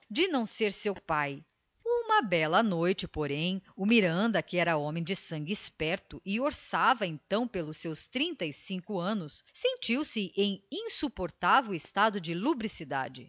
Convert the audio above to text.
de não ser seu pai uma bela noite porém o miranda que era homem de sangue esperto e orçava então pelos seus trinta e cinco anos sentiu-se em insuportável estado de lubricidade